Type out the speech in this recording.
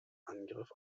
angriff